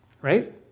Right